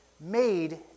made